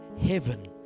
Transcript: heaven